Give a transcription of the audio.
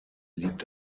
liegt